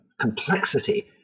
complexity